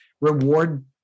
reward